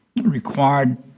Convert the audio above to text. required